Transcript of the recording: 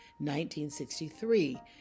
1963